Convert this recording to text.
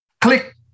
Click